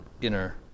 inner